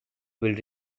will